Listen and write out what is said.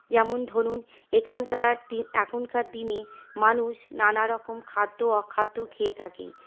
যেমন ধরুন এখানকার এখনকার দিনে মানুষ খাদ্য অখাদ্য খেয়ে থাকে